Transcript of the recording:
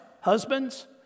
husbands